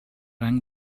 rang